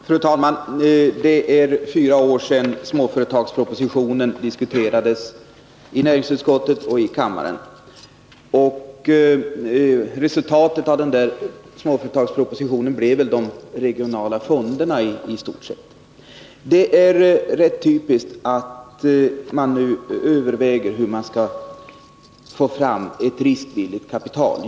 Fru talman! Det är fyra år sedan småföretagarpropositionen diskuterades i näringsutskottet och i kammaren. Den propositionen gav i stort sett som resultat de regionala fonderna. Det är rätt typiskt att man nu överväger hur man skall få fram ett riskvilligt kapital.